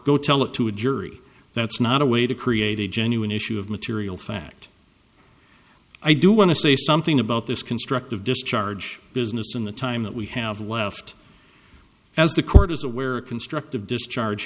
go tell it to a jury that's not a way to create a genuine issue of material fact i do want to say something about this constructive discharge business in the time that we have left as the court is aware constructive discharge